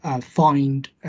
find